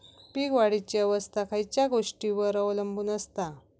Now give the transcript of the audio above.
पीक वाढीची अवस्था खयच्या गोष्टींवर अवलंबून असता?